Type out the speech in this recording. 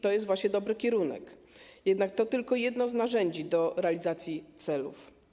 To jest właśnie dobry kierunek, jednak to tylko jedno z narzędzi do realizacji celów.